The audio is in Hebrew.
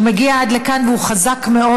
הוא מגיע עד לכאן והוא חזק מאוד.